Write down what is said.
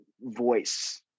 voice